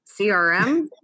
CRM